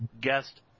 guest